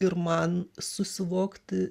ir man susivokti